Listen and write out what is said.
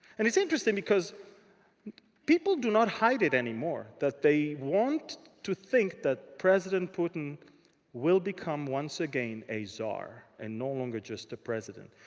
and it's interesting. because people do not hide it any more. that they want to think that president putin will become, once again, a czar. and no longer just the president.